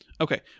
Okay